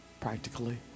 Practically